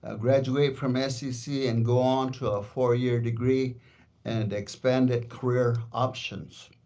ah graduate from scc, and go on to a four year degree and expanded career options.